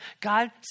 God